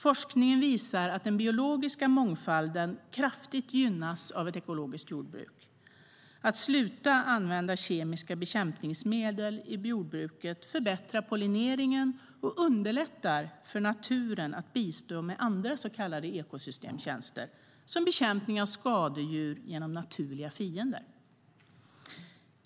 Forskningen visar att den biologiska mångfalden kraftigt gynnas av ett ekologiskt jordbruk. Att sluta använda kemiska bekämpningsmedel i jordbruket förbättrar pollineringen och underlättar för naturen att bistå med andra så kallade ekosystemtjänster som bekämpning av skadedjur genom naturliga fiender.